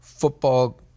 football